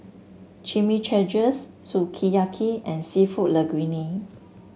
Chimichangas Sukiyaki and seafood Linguine